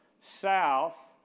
south